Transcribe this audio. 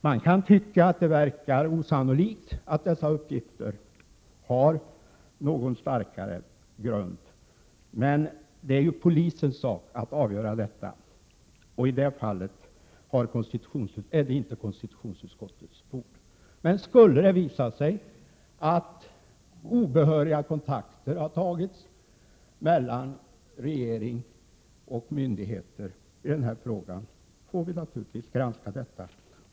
Man kan tycka att det verkar osannolikt att dessa uppgifter har någon starkare grund, men det är ju polisens sak att avgöra — det är inte KU:s bord. Men skulle det visa sig att obehöriga kontakter har tagits mellan regering och myndigheter i den här frågan får vi naturligtvis granska det.